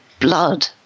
blood